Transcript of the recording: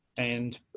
and.